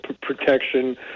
protection